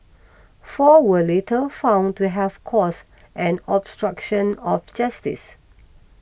four were later found to have caused an obstruction of justice